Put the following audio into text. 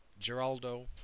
Geraldo